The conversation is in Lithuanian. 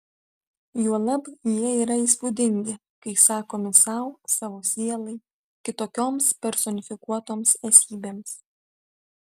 juolab jie yra įspūdingi kai sakomi sau savo sielai kitokioms personifikuotoms esybėms